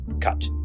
cut